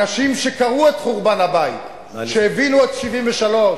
אנשים שקראו את חורבן הבית, שהבינו את 73,